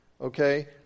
Okay